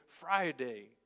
Friday